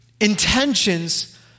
intentions